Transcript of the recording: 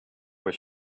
was